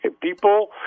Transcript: People